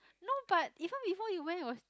no but even before you went it was